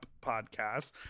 podcast